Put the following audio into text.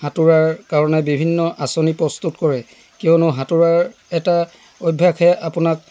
সাঁতোৰাৰ কাৰণে বিভিন্ন আঁচনি প্ৰস্তুত কৰে কিয়নো সাঁতোৰাৰ এটা অভ্যাসে আপোনাক